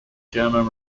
german